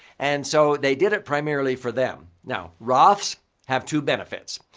and so, they did it primarily for them. now, roths have two benefits.